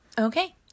Okay